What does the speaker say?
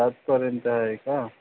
सातपर्यंत आहे का